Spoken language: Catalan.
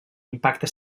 impacte